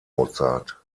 mozart